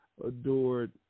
Adored